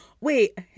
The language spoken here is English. wait